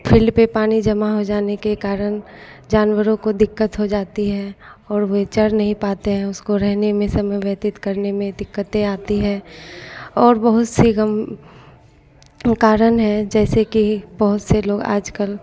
field पर पानी जमा हो जाने के कारण जानवरों को दिक़्क़त हो जाती है और वे चर नहीं पाते हैं उसको रहने में समय व्यतीत करने में दिक़्क़तें आती हैं और बहुत सी गाँवों कार है जैसे कि बहुत से लोग आज कल